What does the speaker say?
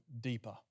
deeper